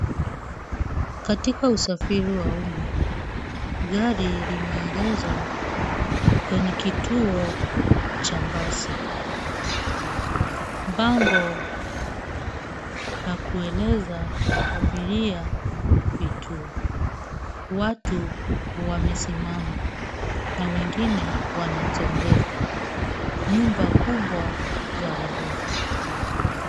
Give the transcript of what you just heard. Katika usafiri wa umma, gari limeegezwa kwenye kituo cha basi. Bango la kueleza abiria vituo. Watu wamesimama na wengine wanatembea. Nyumba kubwa za ghorofa.